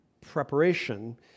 preparation